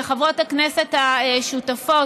לחברות הכנסת השותפות,